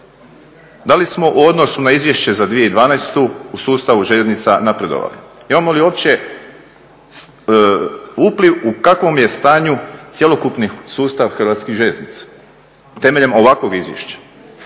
Da li smo u odnosu na izvješće za 2012. u sustavu željeznica napredovali? Imamo li uopće, u kakvom je stanju cjelokupni sustav hrvatskih željeznica temeljem ovakvog izvješća?